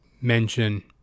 mention